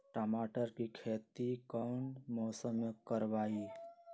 टमाटर की खेती कौन मौसम में करवाई?